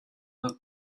the